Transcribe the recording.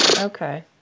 okay